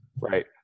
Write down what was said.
Right